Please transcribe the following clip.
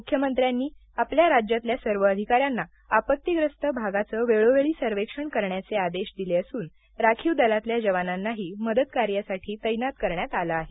मुख्यमंत्र्यांनी आपल्या राज्यातल्या सर्व अधिकाऱ्यांना आपत्तीग्रस्त भागाचे वेळोवेळी सर्वेक्षण करण्याचे आदेश दिले असून राखीव दलातल्या जवानांनाही मदतकार्यासाठी तैनात करण्यात आलं आहे